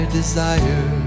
desire